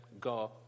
go